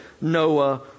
Noah